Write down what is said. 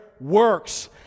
works